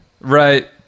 Right